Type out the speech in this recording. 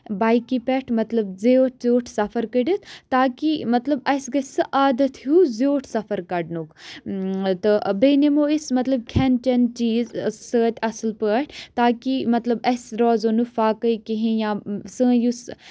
بایکہِ پٮ۪ٹھ مطلب زیوٗٹھ ژیوٚٹھ سَفر کٔڑِتھ تاکہِ مطلب اَسہِ گژھِ سُہ عادت ہیوٗ زیوٗٹھ سَفر کَڑنُک تہٕ بیٚیہِ نِمو أسۍ مطلب کھٮ۪ن چٮ۪ن چیٖز سۭتۍ اَصٕل پٲٹھۍ تاکہِ مطلب اَسہِ روزو نہٕ فاقے کِہینۍ یا سٲنۍ یُس